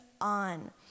on